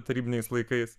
tarybiniais laikais